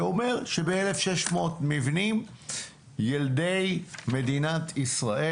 זה אומר שב-1,600 מבנים ילדי מדינת ישראל